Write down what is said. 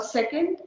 Second